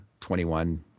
21